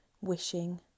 wishing